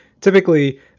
typically